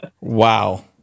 Wow